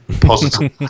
positive